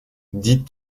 dites